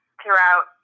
throughout